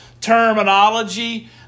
terminology